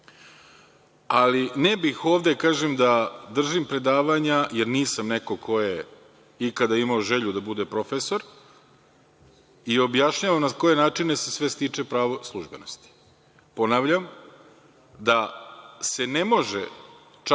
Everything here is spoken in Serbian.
ali ne bih ovde da držim predavanje, jer nisam neko ko je ikada želeo da bude profesor, i da objašnjavam na koje načine se sve stiče pravo službenosti. Ponavljam, ne može se ovo